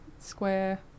Square